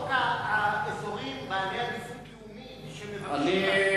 חוק אזורי עדיפות לאומית שמבקשים להחיל